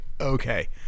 okay